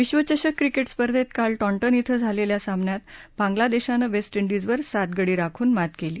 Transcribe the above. विश्वचषक क्रिकेट स्पर्धेत काल टॉंटन इथं झालेल्या सामन्यात बांगला देशानं वेस्ट इंडिजवर सात गडी राखून मात केली